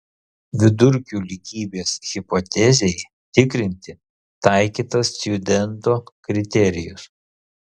vidurkių lygybės hipotezei tikrinti taikytas stjudento kriterijus